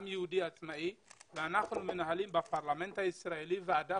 עם יהודי עצמאי ואנחנו מנהלים בפרלמנט הישראלי ועדה